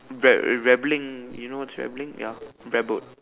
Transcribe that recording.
rebelling you know what's rebelling ya rebelled